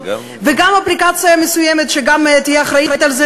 וגם אפליקציה מסוימת שתהיה אחראית לזה